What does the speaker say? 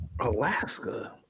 Alaska